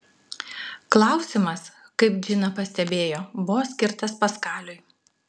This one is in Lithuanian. klausimas kaip džina pastebėjo buvo skirtas paskaliui